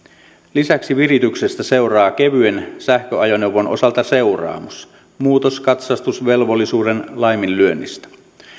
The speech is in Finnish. lisäksi virityksestä seuraa kevyen sähköajoneuvon osalta seuraamus muutoskatsastusvelvollisuuden laiminlyönnistä